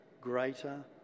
greater